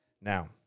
Now